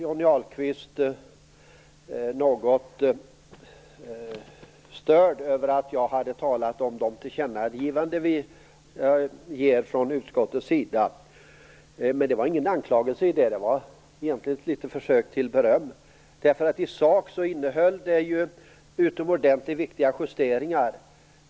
Johnny Ahlqvist var något störd över att jag hade talat om det tillkännagivande utskottet ger, men det låg ingen anklagelse i det jag sade, utan det var ett försök till beröm. I sak innehåller det tillkännagivandet utomordentligt viktiga justeringar.